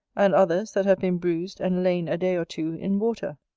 and others that have been bruised and lain a day or two in water.